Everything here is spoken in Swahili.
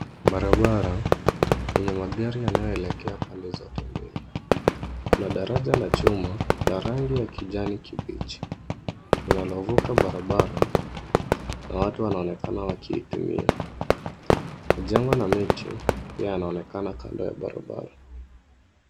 Barabara yenye magari yanayoelekea pande zote mbili. Kuna daraja la chuma la rangi ya kijani kibichi, linalovuka barabara na watu wanaonekana wakiitumia. Majengo na miti pia yanaonekana kando ya barabara.